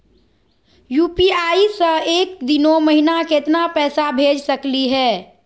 UPI स एक दिनो महिना केतना पैसा भेज सकली हे?